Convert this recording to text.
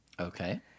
Okay